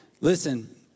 Listen